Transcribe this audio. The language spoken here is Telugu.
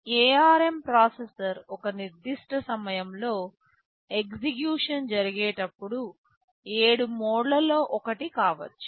ARM ప్రాసెసర్ ఒక నిర్దిష్ట సమయంలో ఎగ్జిక్యూషన్ జరిగేటప్పుడు 7 మోడ్లలో ఒకటి కావచ్చు